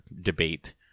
debate